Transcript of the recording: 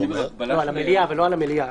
אבל לא על המליאה.